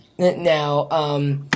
Now